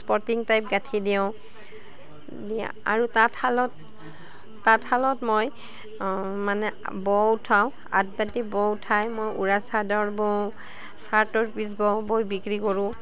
sporting type গাঁঠি দিওঁ দি আৰু তাঁতশালত তাঁতশালত মই মানে ব' উঠাওঁ আদবাতি ব' উঠাই মই উৰা চাদৰ বওঁ চাৰ্টৰ পিচ বওঁ বৈ বিক্ৰী কৰোঁ